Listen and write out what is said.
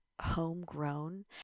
Homegrown